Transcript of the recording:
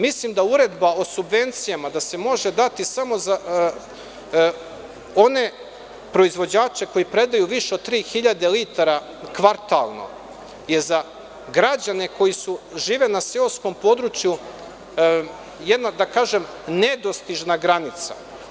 Mislim da uredba o subvencijama da se može dati samo za one proizvođače koji predaju više od 3000 litara kvartalno, je za građane koji žive na seoskom području jedna, da kažem, nedostižna granica.